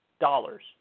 dollars